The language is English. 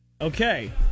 Okay